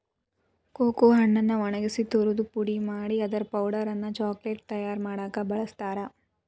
cocoa ಹಣ್ಣನ್ನ ಒಣಗಿಸಿ ತುರದು ಪುಡಿ ಮಾಡಿ ಅದರ ಪೌಡರ್ ಅನ್ನ ಚಾಕೊಲೇಟ್ ತಯಾರ್ ಮಾಡಾಕ ಬಳಸ್ತಾರ